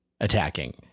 attacking